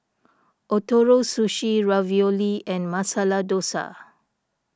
Ootoro Sushi Ravioli and Masala Dosa